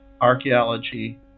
archaeology